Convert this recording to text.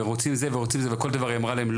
הם רוצים זה והם רוצים זה וכל פעם היא אמרה להם,